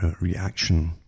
reaction